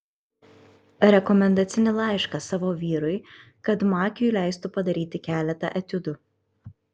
rekomendacinį laišką savo vyrui kad makiui leistų padaryti keletą etiudų